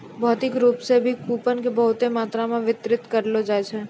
भौतिक रूप से भी कूपन के बहुते मात्रा मे वितरित करलो जाय छै